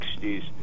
60s